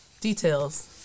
details